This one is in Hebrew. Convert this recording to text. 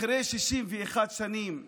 אחרי 61 שנים מהיום,